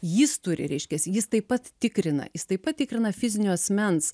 jis turi reiškias jis taip pat tikrina jis taip pat tikrina fizinio asmens